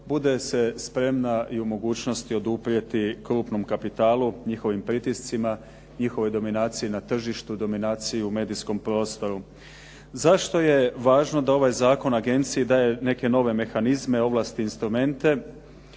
bude se spremna i u mogućnosti oduprijeti krupnom kapitalu, njihovim pritiscima, njihovoj dominaciji na tržištu, dominaciji u medijskom prostoru. Zašto je važno da ovaj zakon o agenciji daje neke nove mehanizme, ovlasti, instrumente?